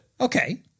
Okay